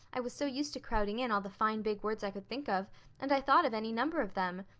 i was so used to crowding in all the fine big words i could think of and i thought of any number of them.